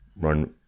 Run